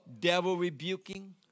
devil-rebuking